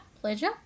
Pleasure